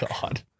God